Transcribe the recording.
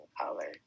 color